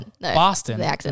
Boston